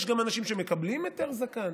יש גם אנשים שמקבלים היתר זקן.